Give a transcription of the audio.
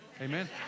Amen